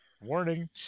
warning